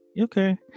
Okay